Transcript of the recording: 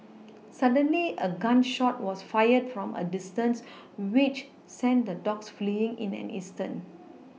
suddenly a gun shot was fired from a distance which sent the dogs fleeing in an instant